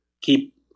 keep